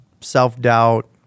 self-doubt